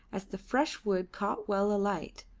as the fresh wood caught well alight,